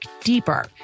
deeper